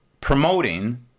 promoting